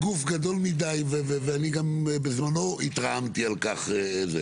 גדול מידי, ואני גם בזמנו התרעמתי על כך.